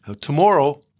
Tomorrow